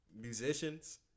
musicians